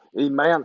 Amen